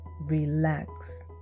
relax